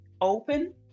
open